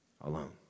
alone